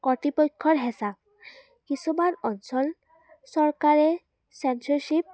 কৰ্তৃপক্ষৰ হেঁচা কিছুমান অঞ্চল চৰকাৰে চেঞ্চৰশ্বিপ